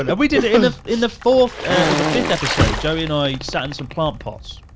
and we did it in the fourth or the fifth episode, joey and i sat in some plant pots,